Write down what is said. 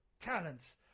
talents